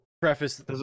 preface